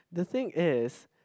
the thing is